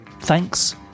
Thanks